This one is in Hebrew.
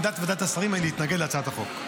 עמדת ועדת השרים היא להתנגד להצעת החוק.